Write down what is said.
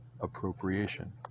Appropriation